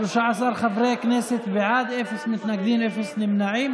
13 חברי כנסת בעד, אפס מתנגדים, אפס נמנעים.